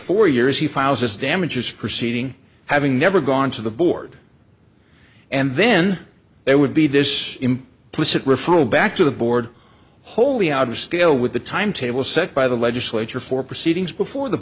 four years he files his damages proceeding having never gone to the board and then there would be this implicit referral back to the board wholly out of scale with the timetable set by the legislature for proceedings before the